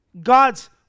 God's